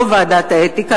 ולא לוועדת האתיקה,